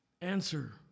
Answer